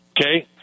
Okay